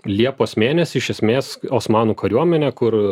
liepos mėnesį iš esmės osmanų kariuomenė kur